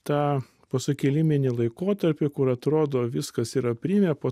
tą posukiliminį laikotarpį kur atrodo viskas yra aprimę po